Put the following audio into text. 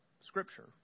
Scripture